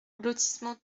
lotissement